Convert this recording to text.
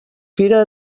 fira